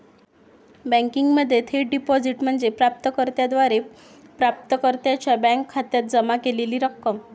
बँकिंगमध्ये थेट डिपॉझिट म्हणजे प्राप्त कर्त्याद्वारे प्राप्तकर्त्याच्या बँक खात्यात जमा केलेली रक्कम